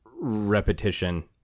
repetition